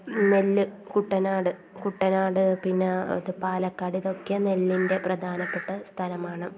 നെല്ല് കുട്ടനാട് കുട്ടനാട് പിന്നെ പാലക്കാട് ഇതൊക്കെ നെല്ലിൻ്റെ പ്രധാനപ്പെട്ട സ്ഥലമാണ്